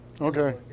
Okay